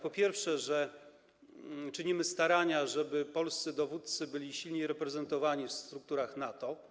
Po pierwsze, że czynimy starania, żeby polscy dowódcy byli silniej reprezentowani w strukturach NATO.